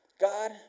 God